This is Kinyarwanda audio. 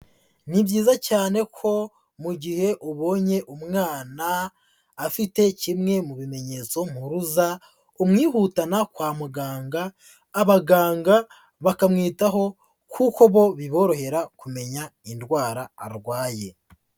Ni byiza cyane ko mu gihe ubonye umwana afite kimwe mu bimenyetso mpuruza, umwihutana kwa muganga, abaganga bakamwitaho kuko bo biborohera kumenya indwara arwaye.